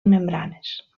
membranes